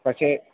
പക്ഷെ